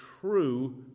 true